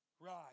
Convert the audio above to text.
rise